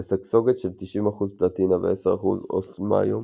לסגסוגת של 90% פלטינה ו-10% אוסמיום